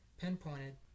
Pinpointed